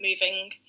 moving